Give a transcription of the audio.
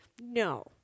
No